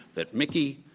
that mickey,